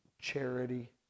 charity